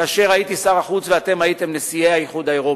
כאשר הייתי שר החוץ ואתם הייתם נשיאי האיחוד האירופי,